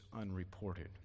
unreported